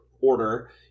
order